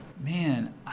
Man